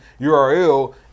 URL